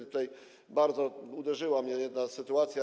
Tutaj bardzo uderzyła mnie jedna sytuacja.